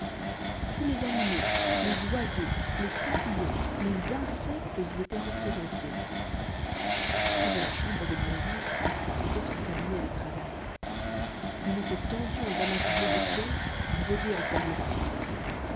tous les animaux les oiseaux les papillons les insectes y étaient représentés près de la chambre de blondine était son cabinet de travail il était tendu en damas bleu de ciel brodé en perles fines